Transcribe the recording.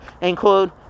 include